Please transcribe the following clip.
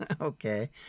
Okay